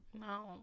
No